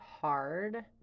hard